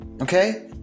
Okay